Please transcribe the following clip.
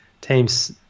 teams